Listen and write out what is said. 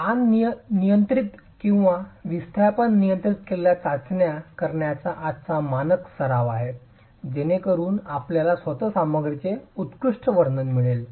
तर ताण नियंत्रित किंवा विस्थापन नियंत्रित केलेल्या चाचण्या करण्याचा आजचा मानक सराव आहे जेणेकरून आपल्याला स्वतःच सामग्रीचे उत्कृष्ट वर्तन मिळेल